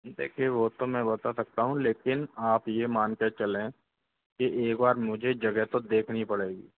देखिए वो तो मैं बता सकता हूँ लेकिन आप ये मान के चलें की एक बार मुझे जगह तो देखनी पड़ेगी